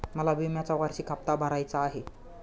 मला विम्याचा वार्षिक हप्ता भरायचा आहे